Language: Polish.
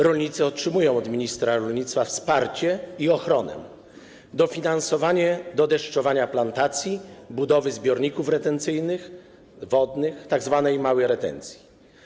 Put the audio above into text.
Rolnicy otrzymują od ministra rolnictwa wsparcie i ochronę, dofinansowanie do deszczowania plantacji, budowy zbiorników retencyjnych, wodnych, tzw. małej retencji.